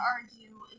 argue